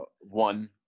One